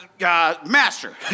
master